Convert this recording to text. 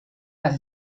las